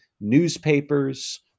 newspapers